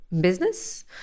business